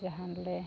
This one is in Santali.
ᱡᱟᱦᱟᱸ ᱞᱮ